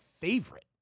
favorite